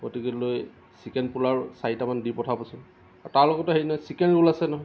গতিকে লৈ চিকেন পোলাও চাৰিটামান দি পঠাবচোন তাৰ লগতে হেৰি নহয় চিকেন ৰোল আছে নহয়